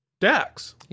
Dax